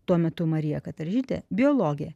tuo metu marija kataržytė biologė